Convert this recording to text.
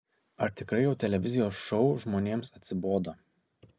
ar tikrai jau televizijos šou žmonėms atsibodo